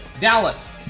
Dallas